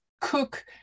cook